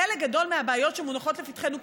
חלק גדול מהבעיות שמונחות לפתחנו,